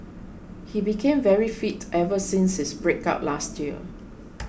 he became very fit ever since his breakup last year